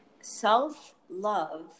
self-love